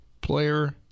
player